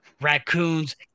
Raccoons